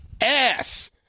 ass